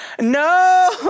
no